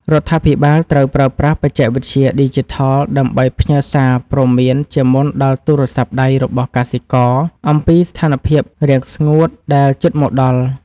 រដ្ឋាភិបាលត្រូវប្រើប្រាស់បច្ចេកវិទ្យាឌីជីថលដើម្បីផ្ញើសារព្រមានជាមុនដល់ទូរស័ព្ទដៃរបស់កសិករអំពីស្ថានភាពរាំងស្ងួតដែលជិតមកដល់។